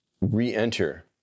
re-enter